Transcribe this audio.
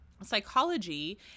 psychology